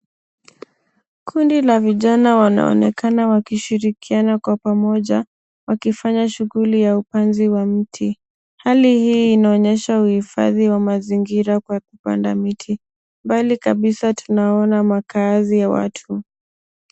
Kundi la vijana wanaonekana wanashirikiana kwa pamoja wakifanya shughuli ya upanzi wa miti hali hii inaonyesha uhifadhi wa mazingira kwa kupanda miti mbali kabisa tunaona makaazi ya watu.